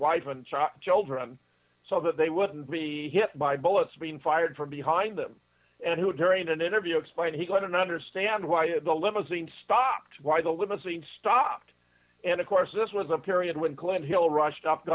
wife and children so that they wouldn't be hit by bullets being fired from behind them and who during an interview explained he couldn't understand why the limousine stopped why the limousine stopped and of course this was a period when clint hill rushed